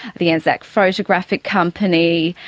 the anzac photographic company.